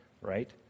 Right